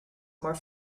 more